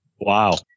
Wow